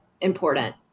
important